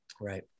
Right